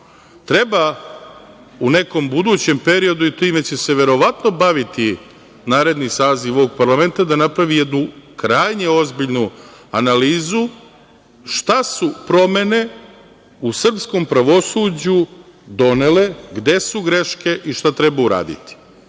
Treba u nekom budućem periodu, time će se verovatno baviti naredni saziv ovog parlamenta, da napravi jednu krajnje ozbiljnu analizu šta su promene u srpskom pravosuđu donele, gde su greške i šta treba uraditi. Znate,